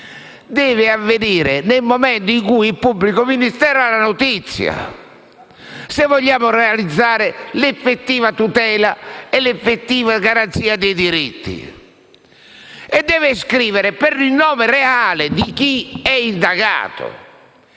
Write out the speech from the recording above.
deve avvenire nel momento in cui il pubblico ministero ha la notizia di reato e, se si vogliono realizzare l'effettiva tutela e l'effettiva garanzia dei diritti, deve iscrivere il nome reale di chi è indagato.